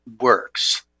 works